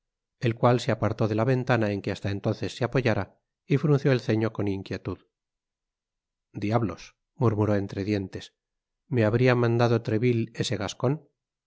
el cual se apartó de la ventana en que hasta entonces se apoyara y frunció el ceño con inquietud diablos murmuró entre dientes me habría mandado treville ese gascon